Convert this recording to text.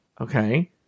okay